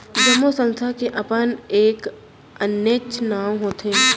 जम्मो संस्था के अपन एक आनेच्च नांव होथे